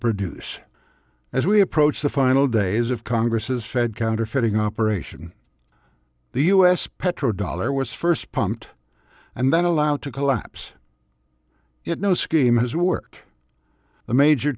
produce as we approach the final days of congress's fed counterfeiting operation the us petro dollar was first pumped and then allowed to collapse it no scheme has worked the major